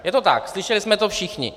Je to tak, slyšeli jsme to všichni.